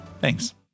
Thanks